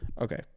Okay